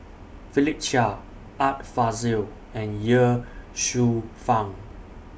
Philip Chia Art Fazil and Ye Shufang